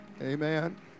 Amen